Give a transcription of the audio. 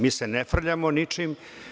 Mi se ne frljamo ničim.